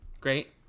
Great